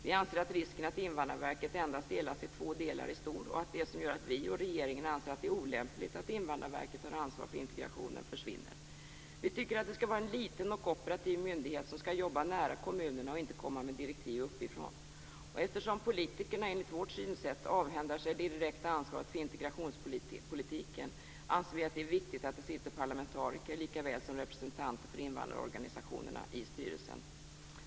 Vi anser att risken att Invandrarverket endast delas i två delar är stor och att det som gör att vi och regeringen anser att det är olämpligt att Invandrarverket har ansvaret för integrationen försvinner. Vi tycker att det skall vara en liten och operativ myndighet som skall jobba nära kommunerna och inte komma med direktiv uppifrån. Eftersom politikerna enligt vårt synsätt avhänder sig det direkta ansvaret för integrationspolitiken anser vi att det är viktigt att det sitter parlamentariker lika väl som representanter för invandrarorganisationerna i styrelsen.